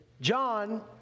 John